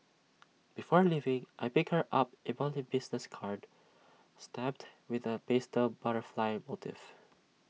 before leaving I pick her up ebony business card stamped with A pastel butterfly motif